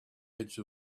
edge